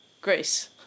grace